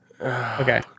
Okay